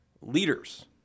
leaders